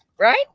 Right